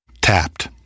Tapped